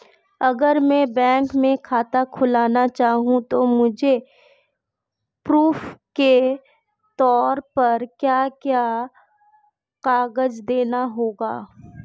अगर मैं बैंक में खाता खुलाना चाहूं तो मुझे प्रूफ़ के तौर पर क्या क्या कागज़ देने होंगे?